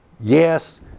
yes